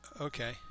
okay